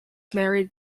married